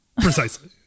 precisely